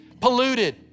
polluted